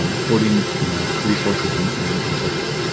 um hoarding, you know resources and and and so forth,